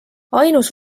ainus